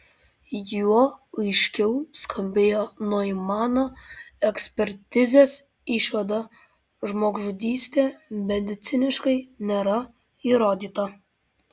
juo aiškiau skambėjo noimano ekspertizės išvada žmogžudystė mediciniškai nėra įrodyta